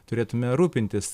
turėtume rūpintis